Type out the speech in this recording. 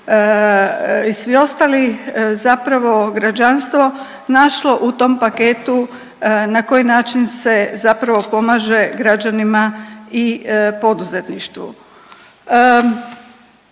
i svi ostali zapravo građanstvo našlo u tom paketu na koji način se zapravo pomaže građanima i poduzetništvu.